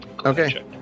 Okay